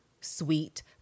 sweet